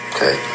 Okay